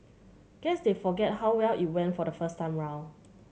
guess they forgot how well it went the first time round